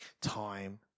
time